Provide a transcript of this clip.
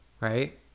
right